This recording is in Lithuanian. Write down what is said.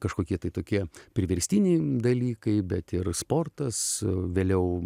kažkokie tai tokie priverstiniai dalykai bet ir sportas vėliau